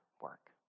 work